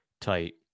tight